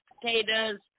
potatoes